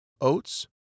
oats